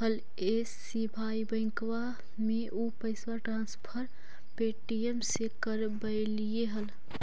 हल एस.बी.आई बैंकवा मे ऊ पैसवा ट्रांसफर पे.टी.एम से करवैलीऐ हल?